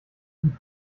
gut